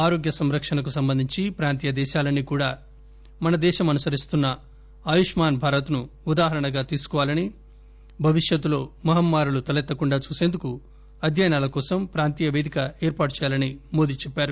ఆరోగ్య సంరక్షణకు సంబంధించి ప్రాంతీయ దేశాలన్నీ కూడా మన దేశం అనుసరిస్తున్న ఆయుష్మాన్ భారత్ ను ఉదాహరణగా తీసుకోవాలని భవిష్యత్తులో మహమ్మారులు తలెత్తకుండా చూసేందుకు అధ్యయనాల కోసం ప్రాంతీయ పేదిక ఏర్పాటు చేయాలని మోదీ చెప్పారు